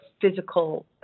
physical